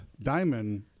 diamond